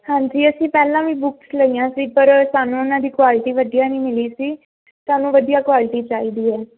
ਹਾਂਜੀ ਅਸੀਂ ਪਹਿਲਾਂ ਵੀ ਬੁੱਕਸ ਲਈਆਂ ਸੀ ਪਰ ਸਾਨੂੰ ਉਹਨਾਂ ਦੀ ਕੁਆਲਿਟੀ ਵਧੀਆ ਨਹੀਂ ਮਿਲੀ ਸੀ ਸਾਨੂੰ ਵਧੀਆ ਕੁਆਲਿਟੀ ਚਾਹੀਦੀ ਹੈ